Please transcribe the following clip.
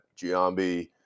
Giambi